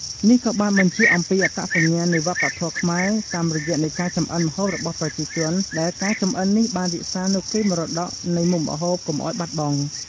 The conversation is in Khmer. នេះក៏បានបញ្ជាក់អំពីអត្តញ្ញាណនៃវប្បធម៌ខ្មែរតាមរយៈនៃការចម្អិនម្ហូបរបស់ប្រជាជន ដែលការចម្អិននេះបានរក្សានៅកេរមរតកនៃមុខម្ហូបកុំអោយបាត់បង់។